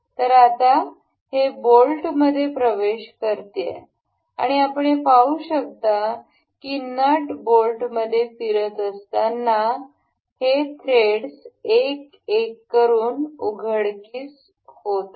तर आता हे बोल्टमध्ये प्रवेश करते आणि आपण हे पाहू शकता की नट बोल्टमध्ये फिरत असताना हेथ्रेडस एक एक करुन उघडकीस होत आहेत